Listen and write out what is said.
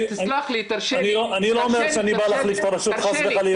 לא אומר שאני בא להחליף את הרשות, חס וחלילה.